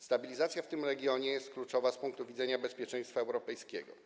Stabilizacja w tym regionie jest kluczowa z punktu widzenia bezpieczeństwa europejskiego.